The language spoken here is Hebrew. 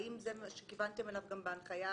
האם כיוונתם אליו גם בהנחיה